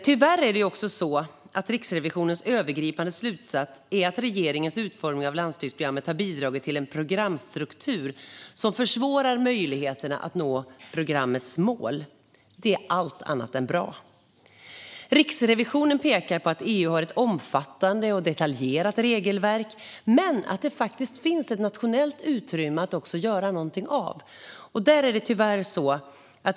Tyvärr är Riksrevisionens övergripande slutsats att regeringens utformning av landsbygdsprogrammet har bidragit till en programstruktur som försvårar möjligheten att nå programmets mål. Det är allt annat än bra. Riksrevisionen pekar på att EU har ett omfattande och detaljerat regelverk men att det faktiskt finns ett nationellt utrymme att göra någonting av.